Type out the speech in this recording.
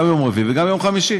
גם ביום רביעי וגם ביום חמישי.